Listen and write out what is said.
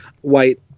white